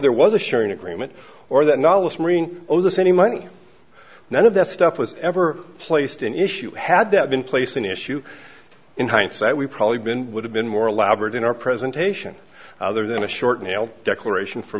agreement or that knowledge marine over this any money none of that stuff was ever placed an issue had that been placed an issue in hindsight we've probably been would have been more elaborate in our presentation other than a short nail declaration for